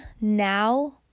now